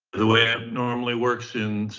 the way i normally works in,